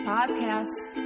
Podcast